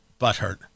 butthurt